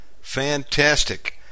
Fantastic